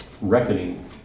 reckoning